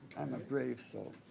i'm a brave soul.